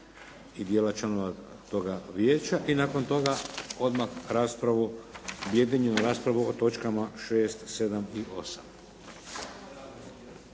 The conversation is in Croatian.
i dijela članova toga vijeća i nakon toga odmah raspravu objedinjenu raspravu o točkama šest,